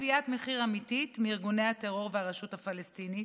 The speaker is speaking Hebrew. מגביית מחיר אמיתי מארגוני הטרור והרשות הפלסטינית,